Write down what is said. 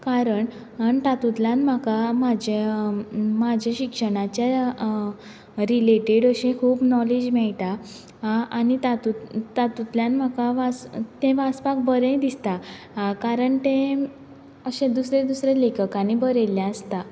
कारण अण तांतुतल्यान म्हाका म्हाजें म्हाजें शिक्षणाचें रिलेटेड अशी खूब नॉलेज मेळटा आं आनी तातुत तातुतल्यान म्हाका वास तें वाचपाक बरेंय दिसता हा कारण टें अशें दुसरे दुसरे लेखकानी बरयल्लें आसता